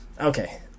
Okay